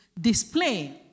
display